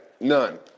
None